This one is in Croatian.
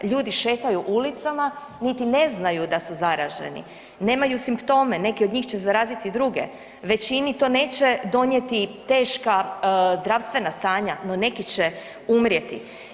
Ljudi šetaju ulicama niti ne znaju da su zaraženi, nemaju simptome, neki od njih će zaraziti druge, većini to neće donijeti teška zdravstvena stanja, no neki će umrijeti.